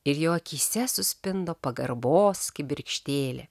ir jo akyse suspindo pagarbos kibirkštėlė